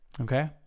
Okay